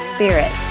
Spirit